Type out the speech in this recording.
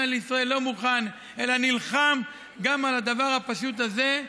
לישראל לא מוכן אלא נלחם גם על הדבר הפשוט הזה,